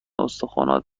استخونات